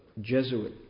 Jesuit